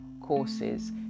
courses